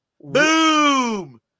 Boom